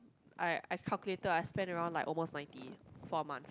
I I calculated I spend around like almost ninety for a month